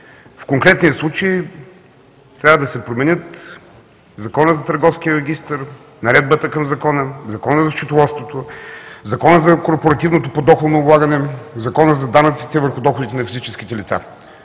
В конкретния случай трябва да се променят Законът за Търговския регистър, Наредбата към Закона, Законът за счетоводството, Законът за корпоративното подоходно облагане, Законът за данъците върху доходите на физическите лица.